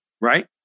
Right